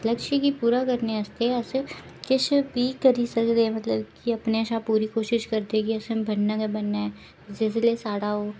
लक्ष्य गी पूरा करने आस्तै अस किश बी करी सकदे अस अपने शा पूरी कोशिश करदे कि असें बनना गै बनना जिसलै साढ़ा ओह्